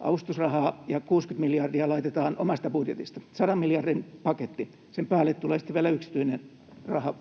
avustusrahaa ja 60 miljardia laitetaan omasta budjetista, 100 miljardin paketti. Sen päälle tulee sitten vielä yksityinen raha.